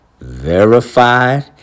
verified